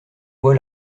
voix